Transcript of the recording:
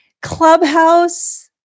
Clubhouse